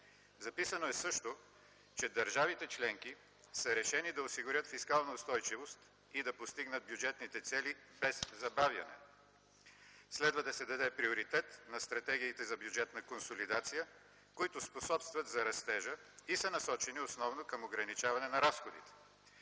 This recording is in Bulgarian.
Записано е също, че: „държавите членки са решени да осигурят фискална устойчивост и да постигнат бюджетните цели без забавяне. Следва да се даде приоритет на стратегиите за бюджетна консолидация, които способстват за растежа и са насочени основно към ограничаване на разходите.